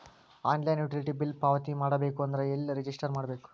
Online utility bill ಪಾವತಿ ಮಾಡಬೇಕು ಅಂದ್ರ ಎಲ್ಲ ರಜಿಸ್ಟರ್ ಮಾಡ್ಬೇಕು?